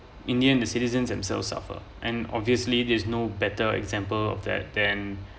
in the end the citizens themselves suffer and obviously there's no better example of that then